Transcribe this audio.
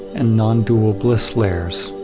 and non dual bliss layers.